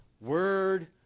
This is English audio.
word